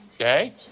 okay